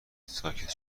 ساکت